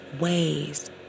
ways